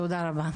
תודה רבה.